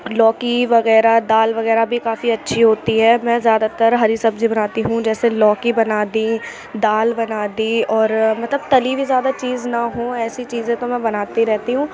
لوکی وغیرہ دال وغیرہ بھی کافی اچھی ہوتی ہے میں زیادہ تر ہری سبزی بناتی ہوں جیسے لوکی بنا دی دال بنا دی اور مطلب تلی ہوئی زیادہ چیز نہ ہوں ایسی چیزیں تو میں بناتی رہتی ہوں